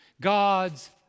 God's